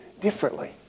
differently